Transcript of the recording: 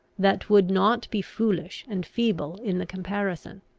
that would not be foolish and feeble in the comparison.